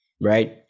right